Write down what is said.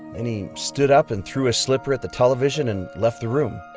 and he stood up and threw his slipper at the television and left the room.